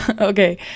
okay